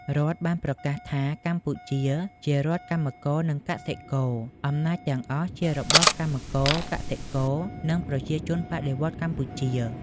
រដ្ឋ បានប្រកាសថា កម្ពុជាជា រដ្ឋកម្មករ និងកសិករ។ អំណាចទាំងអស់ជារបស់កម្មករ កសិករ និងប្រជាជនបដិវត្តន៍កម្ពុជា។